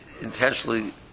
intentionally